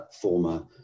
former